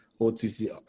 OTC